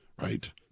right